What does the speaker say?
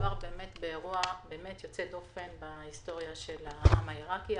מדובר באמת באירוע יוצא דופן בהיסטוריה של העם העיראקי.